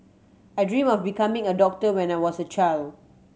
I dream of becoming a doctor when I was a child